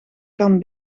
kan